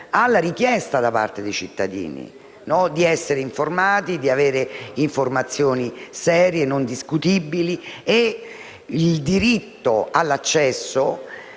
alla richiesta da parte dei cittadini di essere informati, di avere informazioni serie e non discutibili. Il diritto all'accesso